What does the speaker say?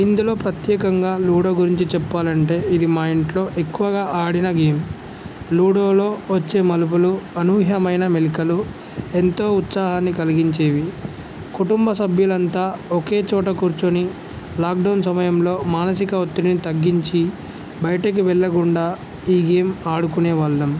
ఇందులో ప్రత్యేకంగా లూడో గురించి చెప్పాలంటే ఇది మా ఇంట్లో ఎక్కువగా ఆడిన గేమ్ లూడోలో వచ్చే మలుపులు అనూహ్యమైన మెలికలు ఎంతో ఉత్సాహాన్ని కలిగించేవి కుటుంబ సభ్యులంతా ఒకే చోట కూర్చుని లాక్డౌన్ సమయంలో మానసిక ఒత్తిడిని తగ్గించి బయటకి వెళ్ళకుండా ఈ గేమ్ ఆడుకునే వాళ్ళం